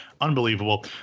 Unbelievable